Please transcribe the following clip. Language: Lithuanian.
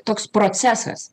toks procesas